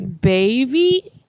baby